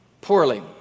poorly